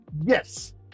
Yes